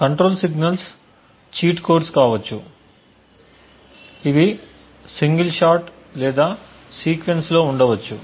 control signals cheat codes కావచ్చు ఇవి single shot లేదా సీక్వెన్స్లో ఉండవచ్చు